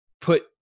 put